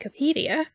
Wikipedia